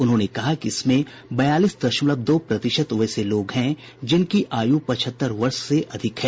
उन्होंने कहा कि इसमें बयालीस दशमलव दो प्रतिशत वैसे लोग हैं जिनकी आयु पचहत्तर वर्ष से अधिक है